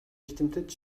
эрдэмтэд